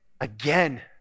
again